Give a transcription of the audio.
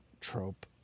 trope